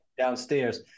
downstairs